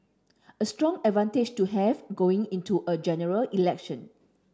a strong advantage to have going into a General Election